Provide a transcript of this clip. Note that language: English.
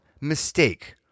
mistake